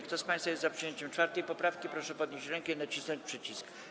Kto z państwa jest za przyjęciem 4. poprawki, proszę podnieść rękę i nacisnąć przycisk.